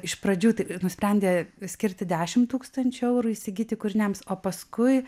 iš pradžių nusprendė skirti dešim tūkstančių eurų įsigyti kūriniams o paskui